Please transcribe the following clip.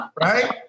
Right